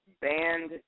banned